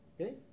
okay